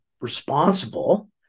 responsible